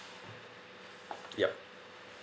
yup